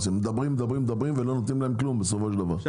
מדברים, מדברים,